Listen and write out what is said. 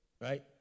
right